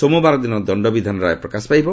ସୋମବାର ଦିନ ଦଶ୍ତବିଧାନ ରାୟ ପ୍ରକାଶ କରାଯିବ